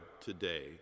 today